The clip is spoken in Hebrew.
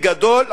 בגדול,